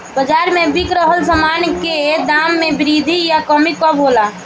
बाज़ार में बिक रहल सामान के दाम में वृद्धि या कमी कब होला?